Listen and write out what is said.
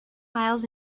miles